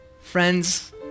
Friends